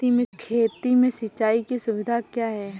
खेती में सिंचाई की सुविधा क्या है?